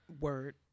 Word